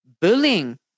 bullying